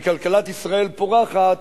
וכלכלת ישראל פורחת,